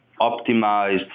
optimized